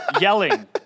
Yelling